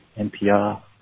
NPR